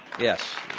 yes.